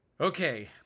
Okay